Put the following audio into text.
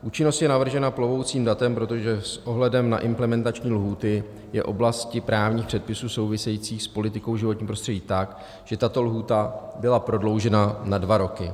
Účinnost je navržena plovoucím datem, protože s ohledem na implementační lhůty je to v oblasti právních předpisů souvisejících s politikou životního prostředí tak, že tato lhůta byla prodloužena na dva roky.